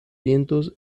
vientos